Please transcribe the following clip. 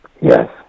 Yes